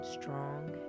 strong